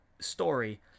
story